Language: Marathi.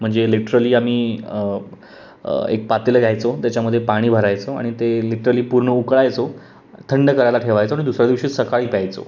म्हणजे लिटरली आम्ही एक पातेलं घ्यायचो त्याच्यामध्ये पाणी भरायचो आणि ते लिटरली पूर्ण उकळायचो थंड करायला ठेवायचो आणि दुसऱ्या दिवशी सकाळी प्यायचो